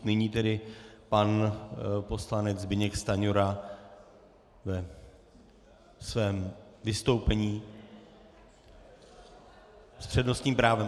Nyní tedy pan poslanec Zbyněk Stanjura ve svém vystoupení s přednostním právem.